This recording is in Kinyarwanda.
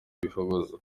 bihozagara